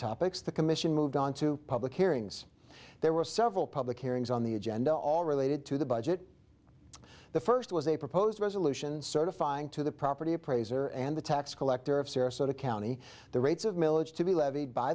topics the commission moved on to public hearings there were several public hearings on the agenda all related to the budget the first was a proposed resolution certifying to the property appraiser and the tax collector of sarasota county the rates